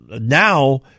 Now